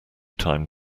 time